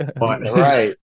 Right